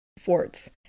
forts